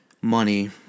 money